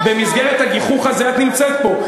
במסגרת הגיחוך הזה את נמצאת פה.